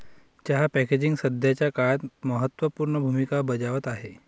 चहा पॅकेजिंग सध्याच्या काळात महत्त्व पूर्ण भूमिका बजावत आहे